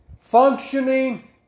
functioning